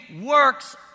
works